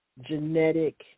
genetic